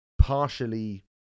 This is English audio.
partially